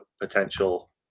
potential